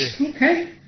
Okay